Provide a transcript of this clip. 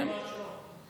ממש לא.